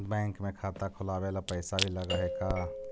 Bank में खाता खोलाबे ल पैसा भी लग है का?